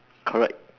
correct